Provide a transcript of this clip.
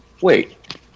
Wait